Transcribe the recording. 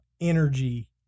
energy